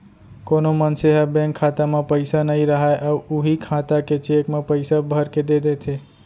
कोनो मनसे ह बेंक खाता म पइसा नइ राहय अउ उहीं खाता के चेक म पइसा भरके दे देथे